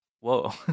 whoa